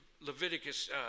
Leviticus